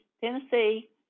Tennessee